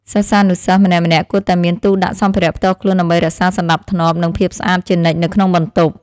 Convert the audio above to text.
សិស្សានុសិស្សម្នាក់ៗគួរតែមានទូដាក់សម្ភារៈផ្ទាល់ខ្លួនដើម្បីរក្សាសណ្តាប់ធ្នាប់ និងភាពស្អាតជានិច្ចនៅក្នុងបន្ទប់។